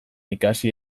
ikasi